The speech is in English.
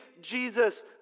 Jesus